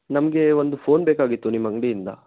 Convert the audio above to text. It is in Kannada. ನಮಗೆ ಒಂದು ಫೋನ್ ಬೇಕಾಗಿತ್ತು ನಿಮ್ಮ ಅಂಗಡಿಯಿಂದ